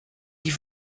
die